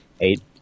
Eight